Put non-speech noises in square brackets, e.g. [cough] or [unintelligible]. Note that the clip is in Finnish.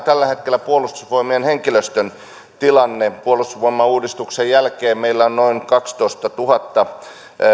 [unintelligible] tällä hetkellä puolustusvoimien henkilöstön tilanne puolustusvoimauudistuksen jälkeen meillä on noin kaksitoistatuhatta